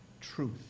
truth